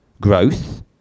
growth